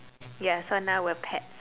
ya so now we're pet